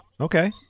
okay